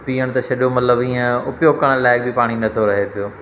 पीअण त छॾियो मतिलब इअं उपयोगु करण लाइ बि पाणी न थो रहे पियो